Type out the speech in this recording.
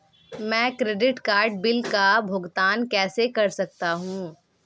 मैं credit card bill का भुगतान कैसे कर सकता हूं?